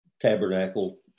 tabernacle